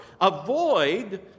Avoid